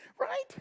Right